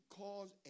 cause